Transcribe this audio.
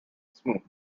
smooth